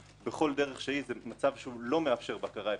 בכל דרך שהיא זה מצב שלא מאפשר בקרה אפקטיבית.